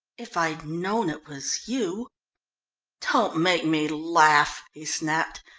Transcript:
if i'd known it was you don't make me laugh! he snapped.